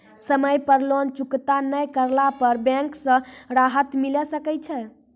समय पर लोन चुकता नैय करला पर बैंक से राहत मिले सकय छै?